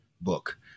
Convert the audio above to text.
book